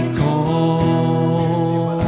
call